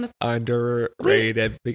underrated